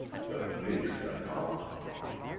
that makes the owl to cry.